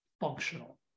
functional